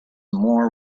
more